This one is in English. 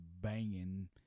banging